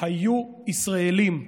היו ישראלים.